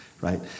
right